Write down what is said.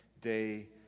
day